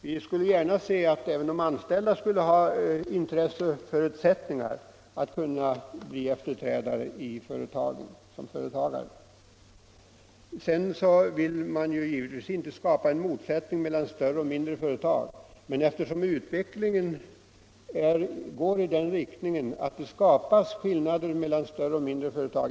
Vi skulle gärna se att även de anställda hade intresse och förutsättningar för att kunna bli efterträdare i företagets ledning. Man vill givetvis inte skapa en motsättning mellan större och mindre företag. Men utvecklingen går i den riktningen att det skapas skillnader mellan större och mindre företag.